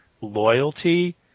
loyalty